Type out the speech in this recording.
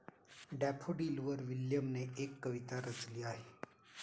डॅफोडिलवर विल्यमने एक कविता रचली आहे